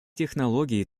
технологии